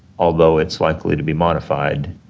although it's likely to be modified,